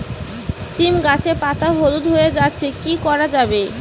সীম গাছের পাতা হলুদ হয়ে যাচ্ছে কি করা যাবে?